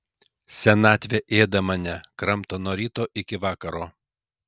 senatvė ėda mane kramto nuo ryto iki vakaro